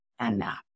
enough